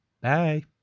Bye